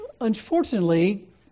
unfortunately